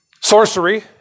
Sorcery